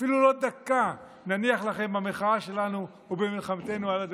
אפילו לא דקה נניח לכם במלחמה שלנו ובמלחמתנו על הדמוקרטיה.